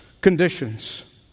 conditions